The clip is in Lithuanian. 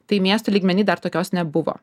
tai miesto lygmeny dar tokios nebuvo